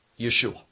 Yeshua